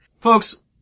Folks